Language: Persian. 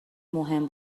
مهم